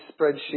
spreadsheet